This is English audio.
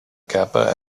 kappa